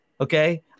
Okay